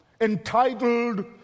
Entitled